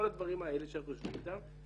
כל אלה שאנחנו יושבים איתם,